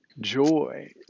joy